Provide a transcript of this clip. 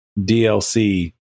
DLC